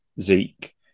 Zeke